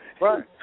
Right